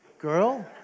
Girl